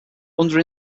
under